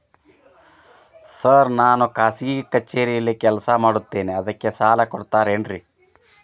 Sir ನಾನು ಖಾಸಗಿ ಕಚೇರಿಯಲ್ಲಿ ಕೆಲಸ ಮಾಡುತ್ತೇನೆ ಅದಕ್ಕೆ ಸಾಲ ಕೊಡ್ತೇರೇನ್ರಿ?